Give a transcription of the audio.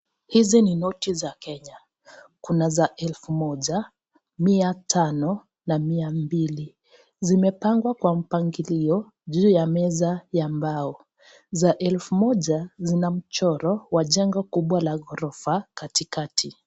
Hizi ni noti za Kenya. Kuna za elfu moja, mia tano na mia mbili. Zimepangwa kwa mpangilio juu ya meza ya mbao. Za elfu moja, zina mchoro wa jengo kubwa la ghorofa katikati.